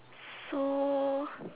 so